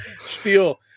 spiel